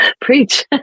Preach